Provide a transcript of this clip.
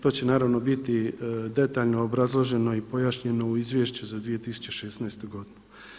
To će naravno biti detaljno obrazloženo i pojašnjeno u izvješću za 2016. godinu.